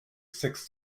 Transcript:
six